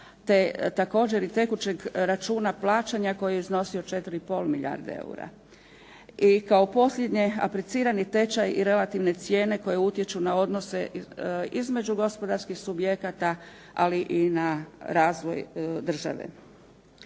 te također i tekućeg računa plaćanja koje je iznosi 4,5 milijarde eura. I kao posljednje aplicirani tečaj i relativne cijene koje utječu na odnose između gospodarskih subjekata ali i na razvoj države.